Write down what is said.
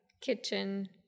kitchen